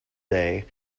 day